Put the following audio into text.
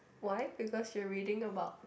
why because you are reading about